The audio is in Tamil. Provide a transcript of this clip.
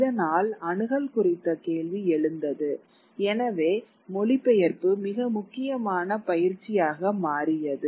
இதனால் அணுகல் குறித்த கேள்வி எழுந்தது எனவே மொழிபெயர்ப்பு மிக முக்கியமான பயிற்சியாக மாறியது